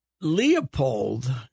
Leopold